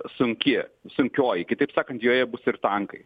sunki sunkioji kitaip sakant joje bus ir tankai